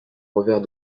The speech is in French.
revers